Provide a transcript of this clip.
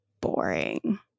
Boring